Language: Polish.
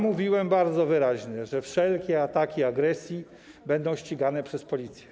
Mówiłem bardzo wyraźnie, że wszelkie ataki agresji będą ścigane przez Policję.